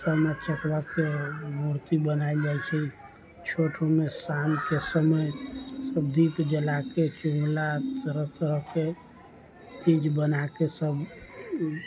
सामा चकेबाके मूर्ति बनायल जाइ छै छठमे शामके समय सब दीप जलाके चुगला दुनू तरफके चीज बनाके सब